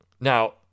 Now